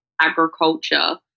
agriculture